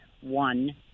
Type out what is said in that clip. one